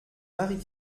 marie